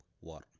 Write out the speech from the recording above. War